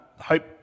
hope